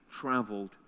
traveled